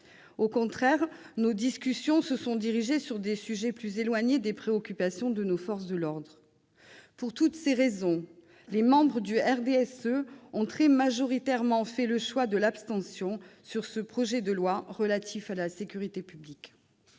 Au contraire, nos discussions se sont dirigées sur des sujets plus éloignés des préoccupations de nos forces de l'ordre. Pour toutes ces raisons, les membres du RDSE ont très majoritairement fait le choix de l'abstention sur ce projet de loi relatif à la sécurité publique.